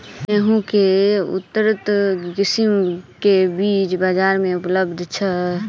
गेंहूँ केँ के उन्नत किसिम केँ बीज बजार मे उपलब्ध छैय?